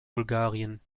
bulgarien